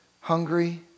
hungry